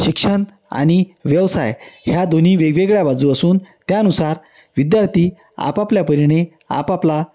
शिक्षण आणि व्यवसाय ह्या दोन्ही वेगवेगळ्या बाजू असून त्यानुसार विद्यार्थी आपापल्या परीने आपापला